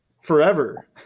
forever